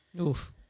Oof